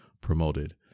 promoted